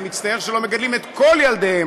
אני מצטער שלא מגדלים את כל ילדיהם,